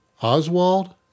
Oswald